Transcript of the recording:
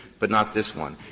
but not this one.